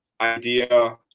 idea